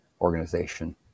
organization